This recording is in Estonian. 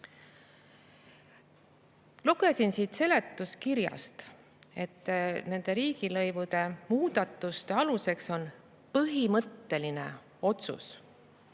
laused. Lugesin siit seletuskirjast, et nende riigilõivude muudatuste aluseks on põhimõtteline otsus